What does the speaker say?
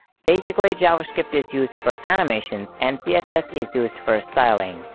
basically javascript is used for animations and css is used for styling.